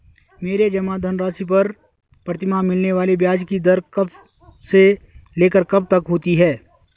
मेरे जमा धन राशि पर प्रतिमाह मिलने वाले ब्याज की दर कब से लेकर कब तक होती है?